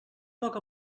poc